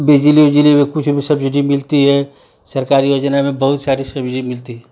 बिजली उजली में कुछ वो सब्सिडी मिलती है सरकारी योजना में बहुत सारी सब्ज़ी मिलती है